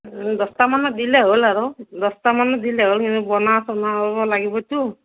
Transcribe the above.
দহটামানত দিলে হ'ল আৰু দহটামানত দিলে হ'ব বনা চনাব লাগিবতো